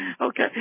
Okay